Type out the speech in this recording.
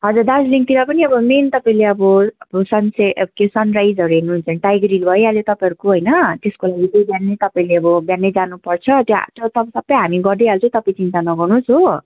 हजुर दार्जिलिङतिर पनि अब मेन तपाईँले अब सनसे के सनराइजहरू हेर्नुहुन्छ भने टाइगर हिल भइहाल्यो तपाईँहरूको होइन त्यसको लागि चाहिँ बिहानै तपाईँले अब बिहानै जानुपर्छ त्यहाँ त्यो सब सबै हामी गरिदिइहाल्छौँ तपाईँ चिन्ता नगर्नुहोस् हो